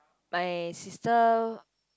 my sister